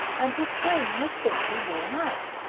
and his frame was simply worn out.